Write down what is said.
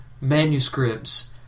manuscripts